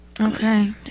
Okay